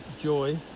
joy